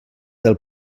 del